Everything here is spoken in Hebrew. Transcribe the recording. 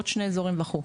עוד שני אזורים וכו'.